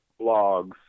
blogs